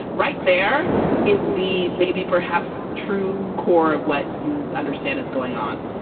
right. there is the maybe, perhaps true core of what you understand is going on.